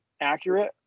accurate